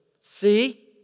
See